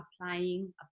applying